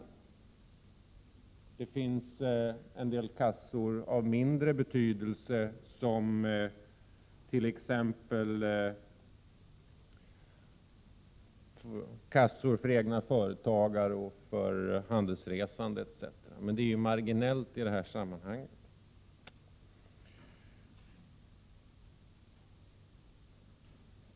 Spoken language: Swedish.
Det finns en del arbetslöshetskassor av mindre betydelse, t.ex. kassor för egna företagare och för handelsresande, men det är marginellt i det här sammanhanget.